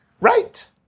right